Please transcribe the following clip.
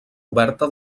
coberta